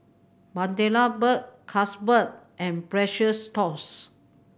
Bundaberg Carlsberg and Precious Thots